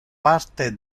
parte